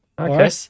Okay